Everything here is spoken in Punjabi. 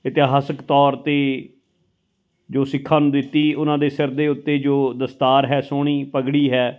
ਇਤਿਹਾਸਿਕ ਤੌਰ 'ਤੇ ਜੋ ਸਿੱਖਾਂ ਨੂੰ ਦਿੱਤੀ ਉਹਨਾਂ ਦੇ ਸਿਰ ਦੇ ਉੱਤੇ ਜੋ ਦਸਤਾਰ ਹੈ ਸੋਹਣੀ ਪੱਗੜੀ ਹੈ